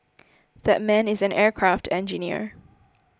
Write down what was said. that man is an aircraft engineer